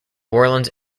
orleans